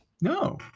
No